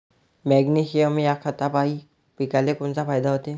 Magnesium ह्या खतापायी पिकाले कोनचा फायदा होते?